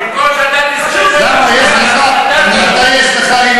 במקום שאתה, אני מתבייש בך כיהודי.